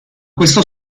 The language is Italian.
questo